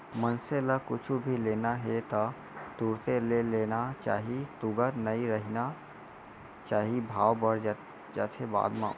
मनसे ल कुछु भी लेना हे ता तुरते ले लेना चाही तुगत नइ रहिना चाही भाव बड़ जाथे बाद म